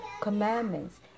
commandments